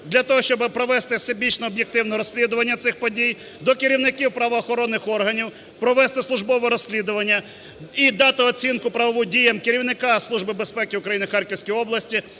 для того, щоб провести всебічно об'єктивно розслідування цих подій, до керівників правоохоронних органів, провести службове розслідування і дати оцінку правову діям керівнику Служби безпеки України